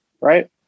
right